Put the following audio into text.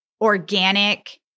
organic